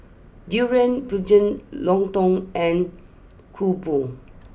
Durian Pengat Lontong and Kuih Bom